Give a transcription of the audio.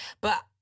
but-